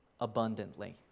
abundantly